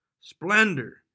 splendor